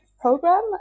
program